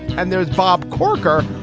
and there's bob corker,